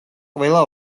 ყველა